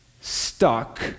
stuck